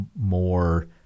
more